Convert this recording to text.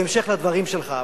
בהמשך הדברים שלך,